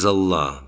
Allah